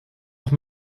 auch